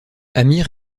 amir